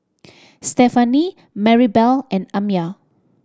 Stefani Marybelle and Amya